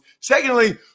Secondly